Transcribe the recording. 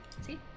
See